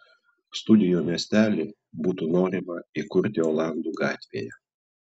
studijų miestelį būtų norima įkurti olandų gatvėje